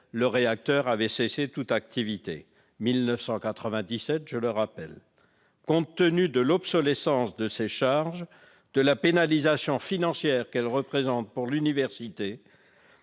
le réacteur avait cessé toute activité- 1997, je le rappelle. Compte tenu de l'obsolescence de ces charges, de la pénalisation financière qu'elles représentent pour l'université